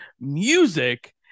music